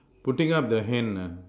putting up the hand ah